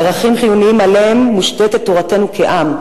ערכים חיוניים שעליהם מושתתת תורתנו כעם,